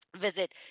visit